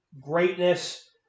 greatness